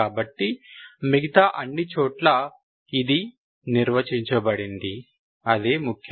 కాబట్టి మిగితా అన్నిచోట్లా ఇది నిర్వచించబడింది అదే ముఖ్యం